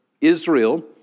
Israel